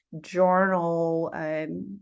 journal